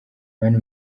mani